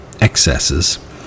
excesses